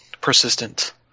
persistent